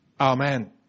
Amen